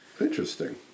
Interesting